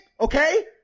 Okay